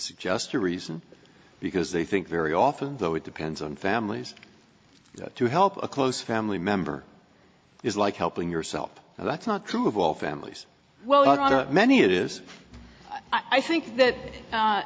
suggest a reason because they think very often though it depends on families to help a close family member is like helping yourself and that's not true of all families well many it is i think that